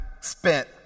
spent